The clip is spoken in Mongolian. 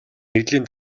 нэгдлийн